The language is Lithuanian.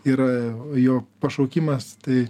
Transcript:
yra jo pašaukimas tai